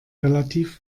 relativ